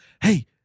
hey